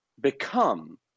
become